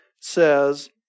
says